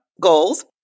goals